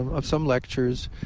of some lectures.